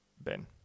Ben